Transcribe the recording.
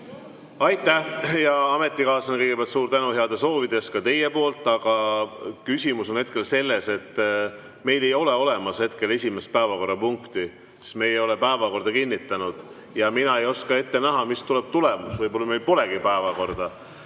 Aitäh, hea ametikaaslane, kõigepealt suur tänu heade soovide eest! Aga küsimus on hetkel selles, et meil ei ole olemas esimest päevakorrapunkti, sest me ei ole veel päevakorda kinnitanud, ja mina ei oska ette näha, mis tuleb tulemus, võib-olla meil polegi päevakorda.